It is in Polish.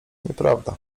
nieprawda